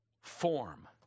form